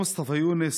מוסטפא יונס,